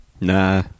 Nah